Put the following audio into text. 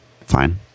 fine